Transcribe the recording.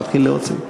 נתחיל להוציא.